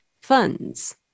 funds